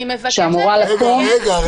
שאמורה -- רגע,